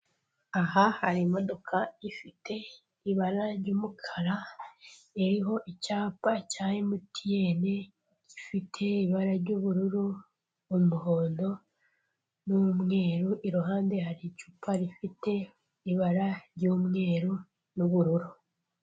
Aha hari imodoka ifite ibara ry'umukara iriho icyapa cya emutiyeni ifite ibara ry'ubururu, umuhondo n'umweru iruhande hari icupa rifite ibara ry'umweru n'ubururu.